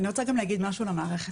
ואני רוצה גם להגיד משהו למערכת.